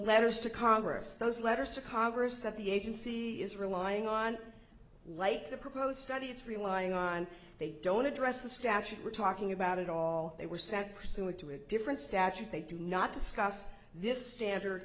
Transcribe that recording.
letters to congress those letters to congress that the agency is relying on like the proposed study it's relying on they don't address the statute we're talking about at all they were sent pursuant to a different statute they do not discuss this standard